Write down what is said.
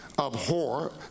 Abhor